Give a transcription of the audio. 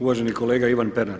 Uvaženi kolega Ivan Pernar.